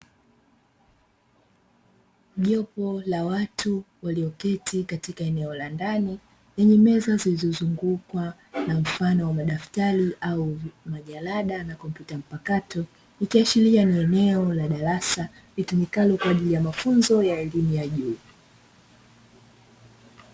Jopo la watu walioketi katika eneo la ndani, lenye meza zilizozungukwa na mfano wa madaftari au majalada na kompyuta mpakato, ikiashiria ni eneo la darasa litumikalo kwaajili ya mafunzo ya elimu ya juu.